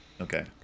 Okay